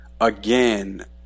again